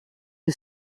est